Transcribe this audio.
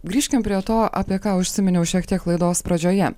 grįžkim prie to apie ką užsiminiau šiek tiek laidos pradžioje